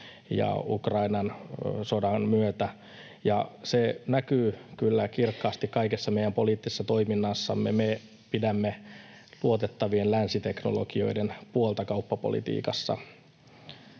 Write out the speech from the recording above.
Ukrainan sodan myötä, ja se näkyy kyllä kirkkaasti kaikessa meidän poliittisessa toiminnassamme. Me pidämme luotettavien länsiteknologioiden puolta kauppapolitiikassa.